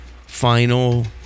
final